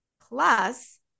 plus